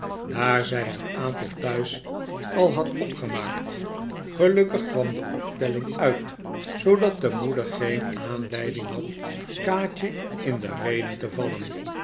daar zij het aantal thuis al had opgemaakt gelukkig kwam de optelling uit zoodat de moeder geen aanleiding had kaatje in de rede te vallen